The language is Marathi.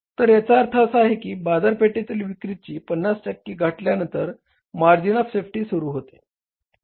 तर याचा अर्थ असा की बाजारपेठेतील विक्रीची पन्नास टक्के गाठल्यानंतर मार्जिन ऑफ सेफ्टी सुरु होते